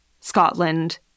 Scotland